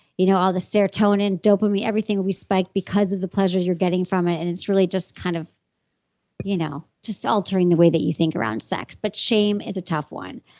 you know all the serotonin, dopamine, everything will be spiked because of the pleasures you're getting from it. and it's really just kind of you know just altering the way that you think around sex. but shame is a tough one.